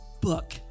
book